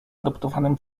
adoptowanym